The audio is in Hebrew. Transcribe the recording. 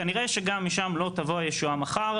כנראה שגם משם לא תבוא הישועה מחר,